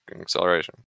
acceleration